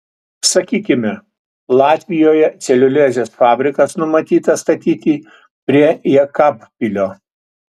sakykime latvijoje celiuliozės fabrikas numatytas statyti prie jekabpilio